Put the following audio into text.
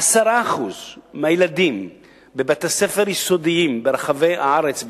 10% מהילדים בבתי-ספר יסודיים ברחבי הארץ,